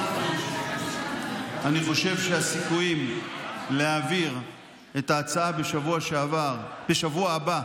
אני חושב שהסיכויים להעביר את ההצעה בשבוע הבא,